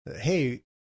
Hey